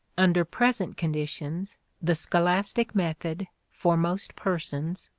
under present conditions the scholastic method, for most persons,